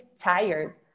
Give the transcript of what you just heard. tired